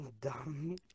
dumb